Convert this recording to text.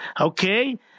Okay